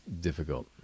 difficult